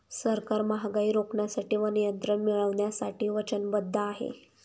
सरकार महागाई रोखण्यासाठी व नियंत्रण मिळवण्यासाठी वचनबद्ध आहे